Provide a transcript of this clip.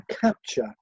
capture